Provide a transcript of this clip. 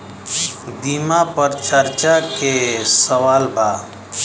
बीमा पर चर्चा के सवाल बा?